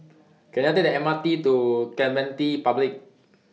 Can I Take The M R T to Clementi Public